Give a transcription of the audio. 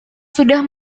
sudah